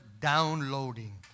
downloading